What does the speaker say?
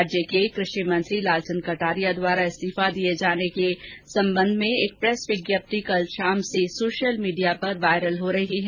राज्य के कृषि मंत्री लालचन्द कटारिया द्वारा इस्तीफा दिये जाने संबंधी एक प्रेस विज्ञप्ति कल शाम से सोशल मीडिया पर वायरल हो रही है